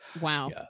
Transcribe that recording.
wow